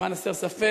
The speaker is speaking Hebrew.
למען הסר ספק,